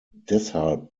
deshalb